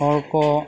ᱦᱚᱲ ᱠᱚ